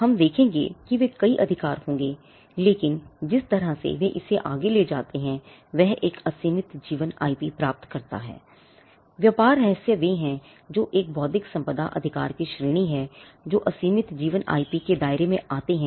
हम देखेंगे कि वे कई अधिकार होंगे लेकिन जिस तरह से वे इसे आगे ले जाते हैं वह एक असीमित जीवन आईपी के दायरे में आते हैं